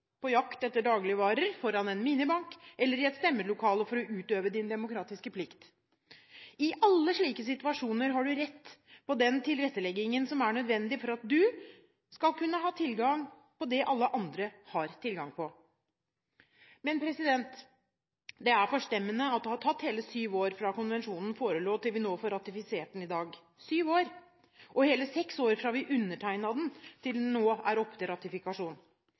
på jakt etter dagligvarer, foran en minibank eller i et stemmelokale for å utøve sin demokratiske plikt. I alle slike situasjoner har man rett til den tilretteleggingen som er nødvendig for at man skal kunne ha tilgang på det alle andre har tilgang på. Det er forstemmende at det har tatt hele syv år fra konvensjonen forelå til vi nå får ratifisert den her i dag – syv år – og hele seks år fra vi undertegnet den til den nå er oppe til ratifikasjon.